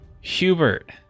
Hubert